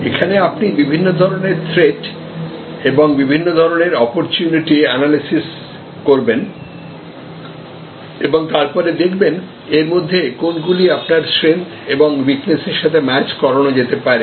এখানে আপনি বিভিন্ন ধরনের থ্রেট্ এবং বিভিন্ন ধরনের অপরচুনিটি অ্যানালিসিস করবেন এবং তারপরে দেখবেন এর মধ্যে কোনগুলি আপনার স্ট্রেন্থ এবং উইকনেস এর সাথে ম্যাচ করানো যেতে পারে